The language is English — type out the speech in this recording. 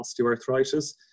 osteoarthritis